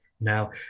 Now